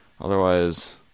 Otherwise